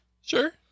Sure